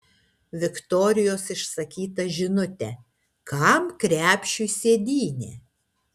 viktorijos išsakytą žinutę kam krepšiui sėdynė